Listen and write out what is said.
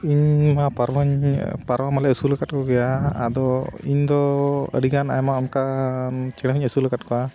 ᱤᱧ ᱢᱟ ᱯᱟᱣᱨᱟᱧ ᱯᱟᱨᱣᱟ ᱢᱟᱞᱮ ᱟᱹᱥᱩᱞ ᱟᱠᱟᱫ ᱠᱚᱜᱮᱭᱟ ᱟᱫᱚ ᱤᱧᱫᱚ ᱟᱹᱰᱤᱜᱟᱱ ᱟᱭᱢᱟ ᱚᱱᱠᱟ ᱪᱮᱬᱮ ᱦᱚᱧ ᱟᱹᱥᱩᱞ ᱟᱠᱟᱫ ᱠᱚᱣᱟ